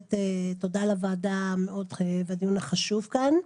באמת תודה לוועדה על הדיון החשוב כאן.